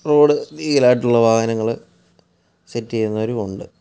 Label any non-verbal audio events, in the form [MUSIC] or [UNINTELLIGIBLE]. road [UNINTELLIGIBLE] ആയിട്ടുള്ള വാഹനങ്ങൾ set ചെയ്യുന്നവരുമുണ്ട്